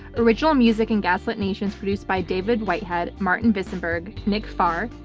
original music in gaslit nation produced by david whitehead, martin visenberg, nick farr,